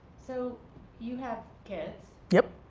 so you have kids. yup.